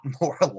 more